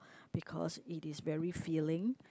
because it is very filing